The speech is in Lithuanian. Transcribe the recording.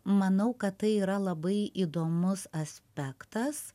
manau kad tai yra labai įdomus aspektas